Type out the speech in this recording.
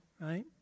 right